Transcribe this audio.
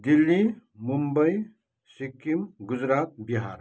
Delhi Mumbai Sikkim Gujarat Bihar